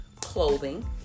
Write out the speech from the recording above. clothing